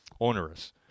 onerous